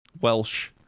Welsh